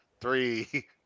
three